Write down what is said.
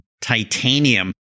titanium